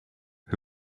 who